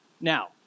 Now